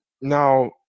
Now